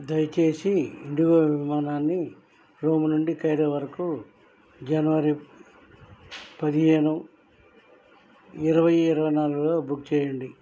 దయచేసి ఇండిగో విమానాన్ని రోమ్ నుండి కైరో వరకు జనవరి పదిహేను ఇరవై ఇరవై నాలుగులో బుక్ చేయండి